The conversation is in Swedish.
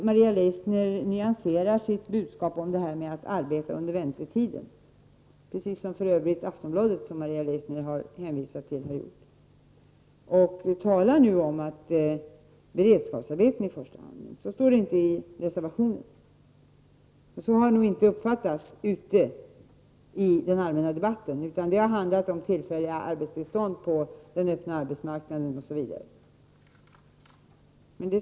Maria Leissner nyanserar sitt budskap om detta med att arbeta under väntetiden — precis som Aftonbladet har gjort, som Maria Leissner hänvisar till. Nu talas det i första hand om beredskapsarbeten. Men så står det inte i reservationen. Och det är nog inte heller vad som har uppfattats i den allmänna debatten. Det har handlat om tillfälliga arbetstillstånd på den öppna arbetsmarknaden osv.